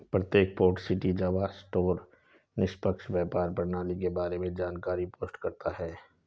प्रत्येक port city Java store निष्पक्ष व्यापार प्रणाली के बारे में जानकारी पोस्ट करता है